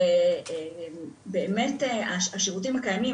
שבאמת השירותים הקיימים,